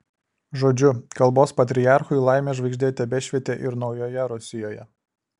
žodžiu kalbos patriarchui laimės žvaigždė tebešvietė ir naujoje rusijoje